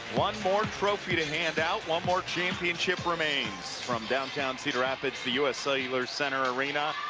one more trophy to hand out one more championship remains from downtown cedar rapids the us cellular center arena,